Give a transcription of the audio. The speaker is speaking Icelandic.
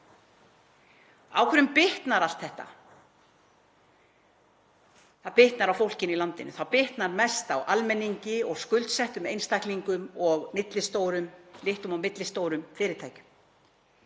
Á hverjum bitnar allt þetta? Það bitnar á fólkinu í landinu, bitnar mest á almenningi og skuldsettum einstaklingum og litlum og millistórum fyrirtækjum.